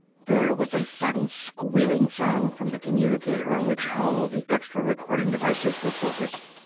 there was a sudden squealing sound from the communicator on which all the extra recording devices were focussed.